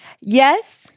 Yes